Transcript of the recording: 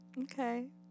Okay